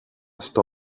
στο